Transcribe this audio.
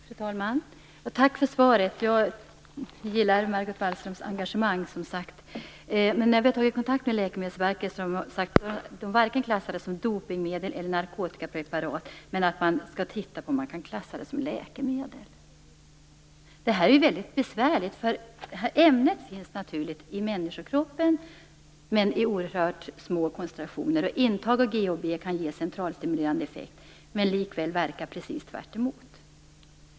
Fru talman! Tack för svaret! Jag gillar, som sagt, Margot Wallströms engagemang. Men när vi har tagit kontakt med Läkemedelsverket har man därifrån sagt att man inte klassar det aktuella ämnet som vare sig dopningmedel eller narkotikapreparat men att man skall titta på om man klassa det som läkemedel. Det här är väldigt besvärligt, eftersom ämnet i fråga finns naturligt i människokroppen, men i oerhört små koncentrationer. Intag av GHB kan ge centralstimulerande effekt men likväl ha helt motsatt verkan.